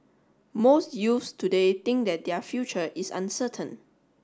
most youths today think that their future is uncertain